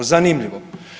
Zanimljivo.